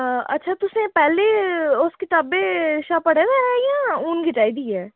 हां अच्छा तुसें पैह्लें उस कताबै शा पढ़े दा ऐ जां हून गै चाहि दी ऐ